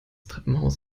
treppenhaus